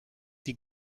die